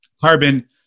carbon